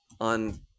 on